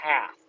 path